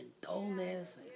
dullness